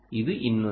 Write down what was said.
இது இன்னொன்று